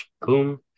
Boom